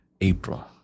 April